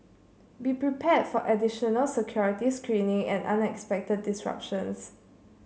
be prepared for additional security screening and unexpected disruptions